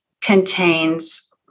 contains